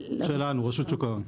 שלנו, רשות שוק ההון.